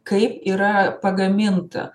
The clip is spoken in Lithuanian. kaip yra pagaminta